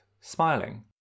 smiling